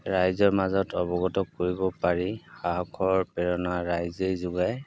ৰাইজৰ মাজত অৱগত কৰিব পাৰি সাহসৰ প্ৰেৰণা ৰাইজেই যোগায়